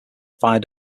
fire